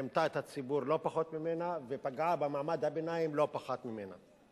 רימתה את הציבור לא פחות ממנה ופגעה במעמד הביניים לא פחות ממנה.